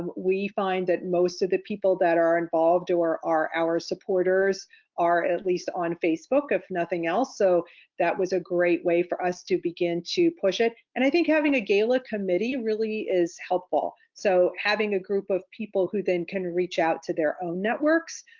we find that most of the people that are involved or are are our supporters are at least on facebook, if nothing else, so that was a great way for us to begin to push it. and i think having a gala committee really is helpful. so having a group of people who then can reach out to their own networks,